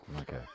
Okay